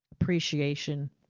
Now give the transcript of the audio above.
appreciation